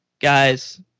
guys